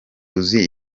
uzi